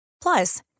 Plus